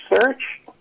search